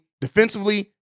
defensively